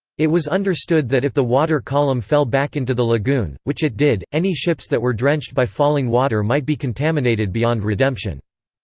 it was understood that if the water column fell back into the lagoon, which it did, any ships that were drenched by falling water might be contaminated beyond redemption.